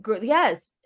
yes